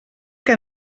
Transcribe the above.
que